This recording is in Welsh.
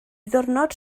ddiwrnod